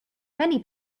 many